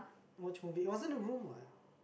watch movie it wasn't a room what